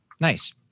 Nice